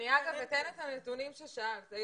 אני אתן את הנתונים ששאלת לגביהם.